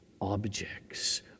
objects